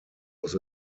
was